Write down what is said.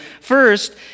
first